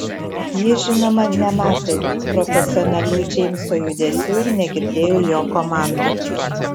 ji žinoma nematė profesionalių džeimso judesių ir negirdėjo jo komandų